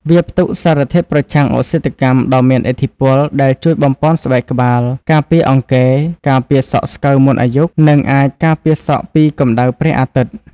វាផ្ទុកសារធាតុប្រឆាំងអុកស៊ីតកម្មដ៏មានឥទ្ធិពល ដែលជួយបំប៉នស្បែកក្បាល ការពារអង្គែ ការពារសក់ស្កូវមុនអាយុ និងអាចការពារសក់ពីកម្ដៅព្រះអាទិត្យ។